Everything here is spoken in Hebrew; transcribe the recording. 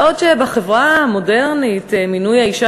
בעוד בחברה המודרנית מינוי האישה